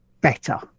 better